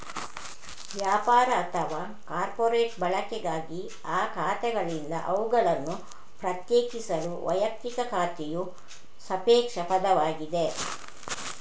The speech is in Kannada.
ವ್ಯಾಪಾರ ಅಥವಾ ಕಾರ್ಪೊರೇಟ್ ಬಳಕೆಗಾಗಿ ಆ ಖಾತೆಗಳಿಂದ ಅವುಗಳನ್ನು ಪ್ರತ್ಯೇಕಿಸಲು ವೈಯಕ್ತಿಕ ಖಾತೆಯು ಸಾಪೇಕ್ಷ ಪದವಾಗಿದೆ